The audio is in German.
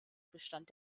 bestand